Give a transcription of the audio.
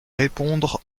répondre